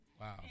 Wow